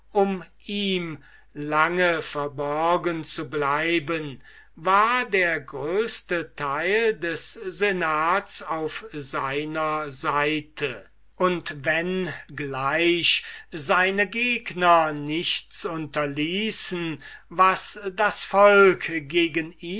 um ihm lange verborgen zu bleiben war der größte teil des senats auf seiner seite und wiewohl seine gegner nichts unterließen was das volk gegen ihn